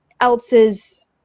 else's